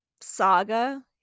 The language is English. saga